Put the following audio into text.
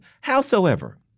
Howsoever